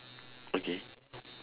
okay